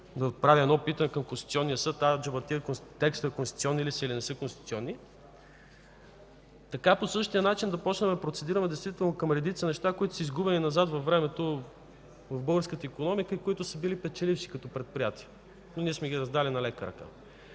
да отправи питане към Конституционния съд – „Аджеба, тези текстове конституционни ли са или не са?”, така по същия начин да започнем да процедираме към редица неща, които са изгубени назад във времето в българската икономика и които са били печеливши като предприятия, но ние сме ги раздали с лека ръка.